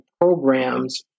programs